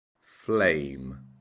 Flame